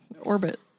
orbit